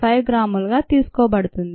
5 గ్రాములుగా తీసుకోబడుతుంది